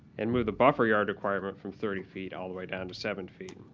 and move the buffer yard requirement from thirty feet all the way down to seven feet.